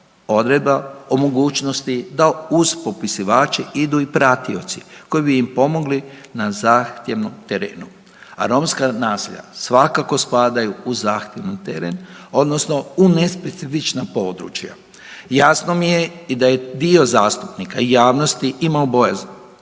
odredba o mogućnosti da uz popisivače idu i pratioci koji bi im pomogli na zahtjevnom terenu. A romska naselja svakako spadaju u zahtjevan teren odnosno u nespecifična područja. Jasno mi je i da je dio zastupnika i javnosti imao bojazan